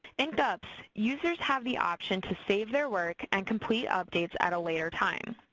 in gups, users have the option to save their work and complete updates at a later time.